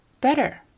better